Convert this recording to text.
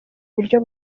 buryo